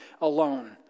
alone